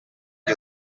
ryo